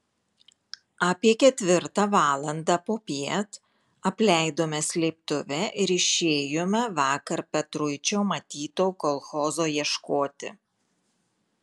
apie ketvirtą valandą popiet apleidome slėptuvę ir išėjome vakar petruičio matyto kolchozo ieškoti